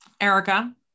Erica